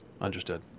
Understood